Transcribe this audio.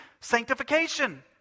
Sanctification